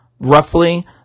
roughly